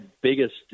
biggest